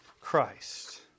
Christ